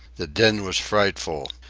the din was frightful.